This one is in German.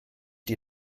die